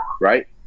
right